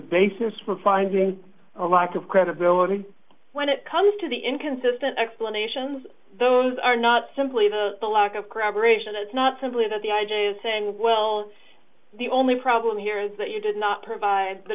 basis for finding a lack of credibility when it comes to the inconsistent explanations those are not simply the the lack of corroboration it's not simply that the idea is saying well the only problem here is that you did not provide the